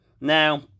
Now